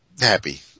happy